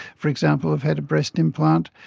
for example, have had a breast implant,